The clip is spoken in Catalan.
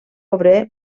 obrer